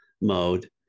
mode